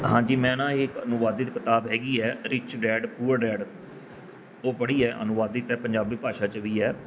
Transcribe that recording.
ਹਾਂਜੀ ਮੈਂ ਨਾ ਇਹ ਅਨੁਵਾਦਿਤ ਕਿਤਾਬ ਹੈਗੀ ਹੈ ਰਿਚ ਡੈਡ ਪੂਅਰ ਡੈਡ ਉਹ ਪੜ੍ਹੀ ਹੈ ਅਨੁਵਾਦਿਤ ਹੈ ਪੰਜਾਬੀ ਭਾਸ਼ਾ 'ਚ ਵੀ ਹੈ